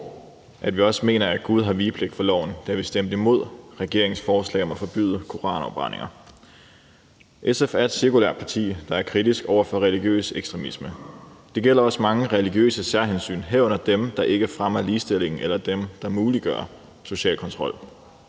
at vi også mener, at Gud har vigepligt for loven, da vi stemte imod regeringens forslag om at forbyde koranafbrændinger. SF er et sekulært parti, der er kritisk over for religiøs ekstremisme, og det gælder også mange religiøse særhensyn, herunder dem, der ikke fremmer ligestillingen, eller dem, der muliggør social kontrol.